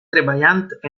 treballant